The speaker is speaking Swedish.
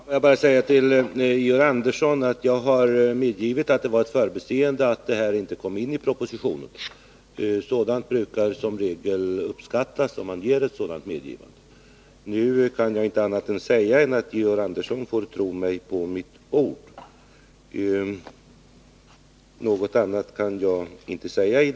Herr talman! Får jag bara till Georg Andersson säga att jag har medgivit att det var ett förbiseende att det i propositionen inte kom in att ett eventuellt OS-underskott inte skall drabba idrottsanslaget. Det brukar som regel uppskattas, om man gör ett sådant medgivande. Jag kan i detta läge bara säga att Georg Andersson får tro mig på mitt ord.